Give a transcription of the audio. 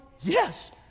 Yes